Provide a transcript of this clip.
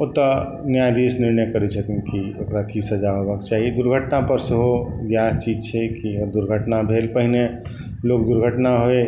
ओतय न्यायाधीश निर्णय करै छथिन कि ओकरा की सजा होयबाक चाही दुर्घटना पर सेहो वएह चीज छै कि ओ दुर्घटना भेल फेर पहिने लोक दुर्घटना होइ